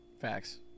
Facts